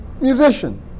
musician